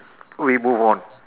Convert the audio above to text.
we move on